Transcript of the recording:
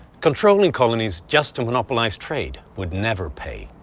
controlling colonies, just to monopolize trade, would never pay.